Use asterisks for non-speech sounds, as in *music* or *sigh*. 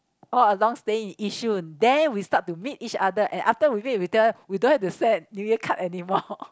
all along staying in Yishun then we start to meet each other and after we meet we tell we don't have to send New Year card anymore *laughs*